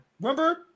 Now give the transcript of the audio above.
Remember